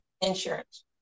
insurance